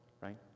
right